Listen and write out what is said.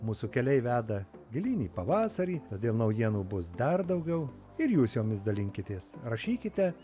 mūsų keliai veda gilyn į pavasarį todėl naujienų bus dar daugiau ir jūs jomis dalinkitės rašykite